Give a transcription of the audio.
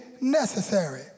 necessary